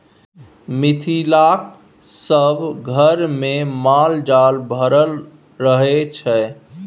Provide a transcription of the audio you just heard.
मिथिलाक सभ घरमे माल जाल भरल रहय छै